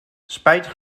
spijtig